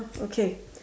okay